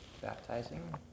Baptizing